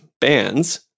bands